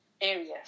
areas